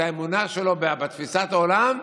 את האמונה שלו בתפיסת העולם,